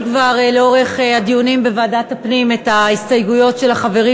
שמעתי כבר לאורך הדיונים בוועדת הפנים את ההסתייגויות של החברים,